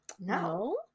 No